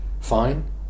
fine